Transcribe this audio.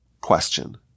question